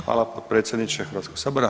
Hvala potpredsjedniče Hrvatskog sabora.